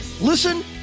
listen